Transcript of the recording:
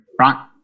right